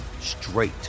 straight